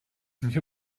wir